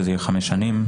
שזה יהיה חמש שנים,